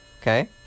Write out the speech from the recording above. Okay